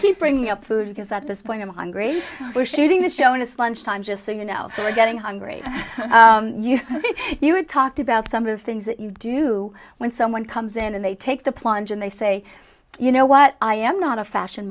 keep bringing up food because at this point i'm hungry we're shooting the show and it's lunchtime just so you know we're getting hungry you know you have talked about some of the things that you do when someone comes in and they take the plunge and they say you know what i am not a fashion